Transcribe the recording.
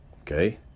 Okay